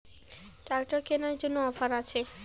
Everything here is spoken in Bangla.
ট্রাক্টর কেনার জন্য অফার আছে?